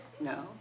No